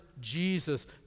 jesus